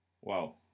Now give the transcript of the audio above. Wow